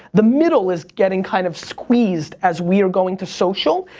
the middle is getting kind of squeezed as we are going to social.